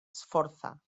sforza